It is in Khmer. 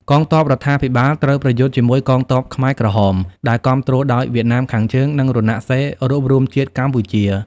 កងទ័ពរដ្ឋាភិបាលត្រូវប្រយុទ្ធជាមួយកងកម្លាំងខ្មែរក្រហម ដែលគាំទ្រដោយវៀតណាមខាងជើង និងរណសិរ្សរួបរួមជាតិកម្ពុជា។